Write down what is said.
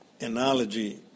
analogy